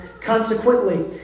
consequently